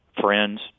Friends